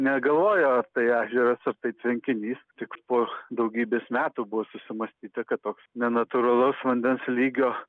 negalvojo ar tai ežeras ar tai tvenkinys tik po daugybės metų bus sumąstyta kad toks nenatūralus vandens lygio